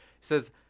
says